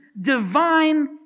divine